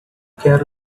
quer